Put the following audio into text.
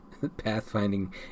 pathfinding